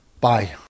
Bye